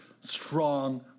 strong